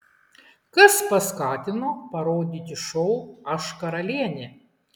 kas paskatino parodyti šou aš karalienė